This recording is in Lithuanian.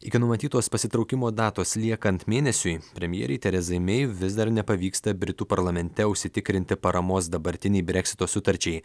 iki numatytos pasitraukimo datos liekant mėnesiui premjerei terezai mei vis dar nepavyksta britų parlamente užsitikrinti paramos dabartinei breksito sutarčiai